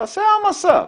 תעשה העמסה,